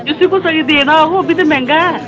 जिसी कुसैगी देना होग ओह्बी ते मैहंगा ऐ